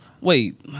wait